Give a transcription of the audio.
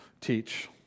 teach